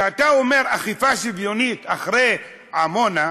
כשאתה אומר "אכיפה שוויונית" אחרי עמונה,